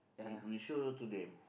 we show to them